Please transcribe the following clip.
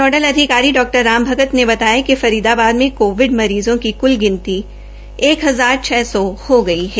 nodal अधिकारी डॉ राम भगत ने बताया कि फरीदाबाद में कोविड मरीज़ों की कुल गिनती एक हजार छ हो गई है